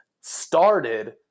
started